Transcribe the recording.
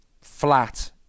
flat